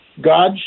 God